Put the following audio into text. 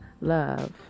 love